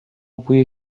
بوی